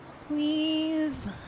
Please